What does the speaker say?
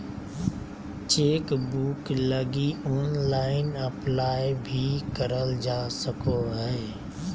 chequebook लगी online apply भी करल जा सको हइ